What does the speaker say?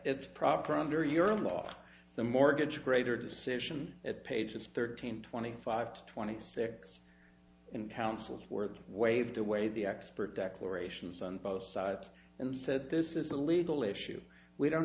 it's proper under your law the mortgage greater decision at page six thirteen twenty five twenty six in counsel's words waved away the expert declarations on both sides and said this is a legal issue we don't